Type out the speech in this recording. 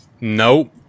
Nope